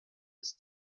des